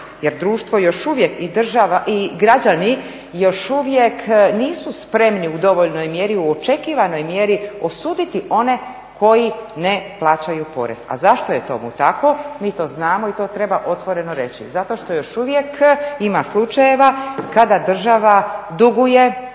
jer društvo još uvijek i građani još uvijek nisu spremni u dovoljnoj mjeri, u očekivanoj mjeri osuditi one koji ne plaćaju porez. A zašto je tomu tako mi to znamo i to treba otvoreno reći, zato što još uvijek ima slučajeva kada država duguje